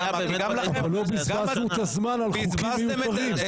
אבל לא בזבזנו את הזמן על חוקים מיותרים.